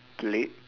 plate